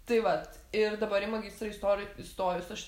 tai vat ir dabar į magistrą istor įstojus aš